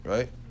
Right